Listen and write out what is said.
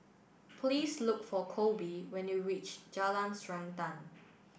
please look for Colby when you reach Jalan Srantan